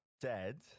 dead